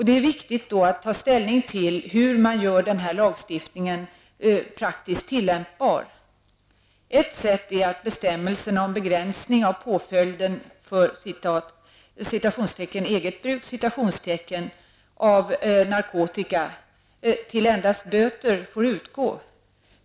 Det är viktigt att ta ställning till hur man gör ny lagstiftning praktiskt tillämpbar. Ett sätt är att ta bort bestämmelsen om begränsning av påföljden för ''eget bruk'' av narkotika till endast böter.